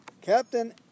Captain